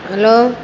hello